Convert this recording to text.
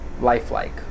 lifelike